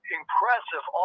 impressive